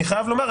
אני חייב לומר,